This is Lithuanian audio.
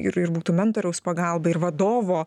ir ir būtų mentoriaus pagalba ir vadovo